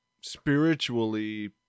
spiritually